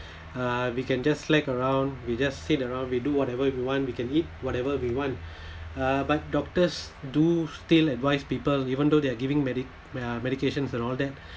uh we can just slack around we just sit around we do whatever we want we can eat whatever we want uh but doctors do still advise people even though they are giving medi~ uh medications and all that